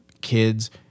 kids